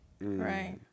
Right